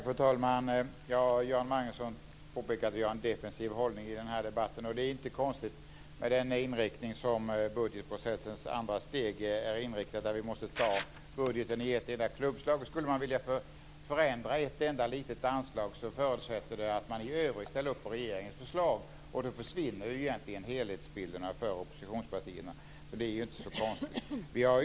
Fru talman! Göran Magnusson påpekade att jag har en defensiv hållning i den här debatten. Det är inte konstigt med den inriktning som budgetprocessens andra steg har fått, där vi måste anta budgeten i ett enda klubbslag. Skulle man vilja förändra ett enda litet anslag förutsätter det att man i övrigt ställer upp på regeringens förslag, och då försvinner egentligen helhetsbilderna för oppositionspartierna. Så det är inte så konstigt.